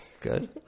Good